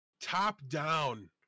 top-down